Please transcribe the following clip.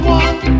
one